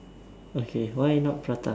okay why not prata